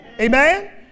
Amen